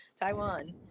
Taiwan